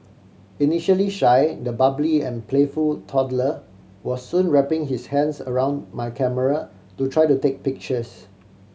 initially shy the bubbly and playful toddler was soon wrapping his hands around my camera to try to take pictures